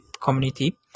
community